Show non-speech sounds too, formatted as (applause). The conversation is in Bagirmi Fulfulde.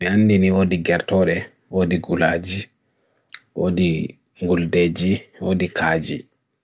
Be handini wo di gyertore, wo (hesitation) di gulaji, wo di guldeji, wo di kaji.